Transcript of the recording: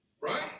Right